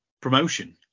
promotion